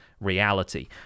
reality